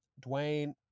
Dwayne